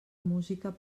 música